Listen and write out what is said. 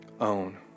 own